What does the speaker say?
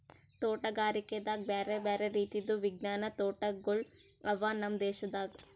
ತೋಟಗಾರಿಕೆದಾಗ್ ಬ್ಯಾರೆ ಬ್ಯಾರೆ ರೀತಿದು ವಿಜ್ಞಾನದ್ ತೋಟಗೊಳ್ ಅವಾ ನಮ್ ದೇಶದಾಗ್